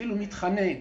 אפילו מתחנן,